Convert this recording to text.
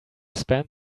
spend